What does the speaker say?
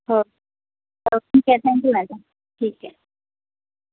हो हो ठीक आहे थँक्यू मॅडम ठीक आहे